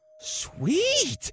Sweet